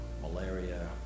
malaria